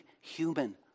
human